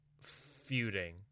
feuding